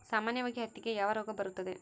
ಸಾಮಾನ್ಯವಾಗಿ ಹತ್ತಿಗೆ ಯಾವ ರೋಗ ಬರುತ್ತದೆ?